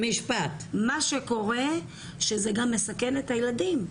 מה שקורה שזה גם מסכן את הילדים,